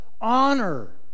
honor